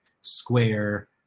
Square